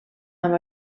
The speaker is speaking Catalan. amb